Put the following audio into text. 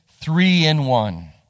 three-in-one